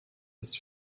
ist